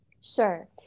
Sure